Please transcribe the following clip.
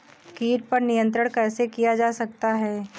कीट पर नियंत्रण कैसे किया जा सकता है?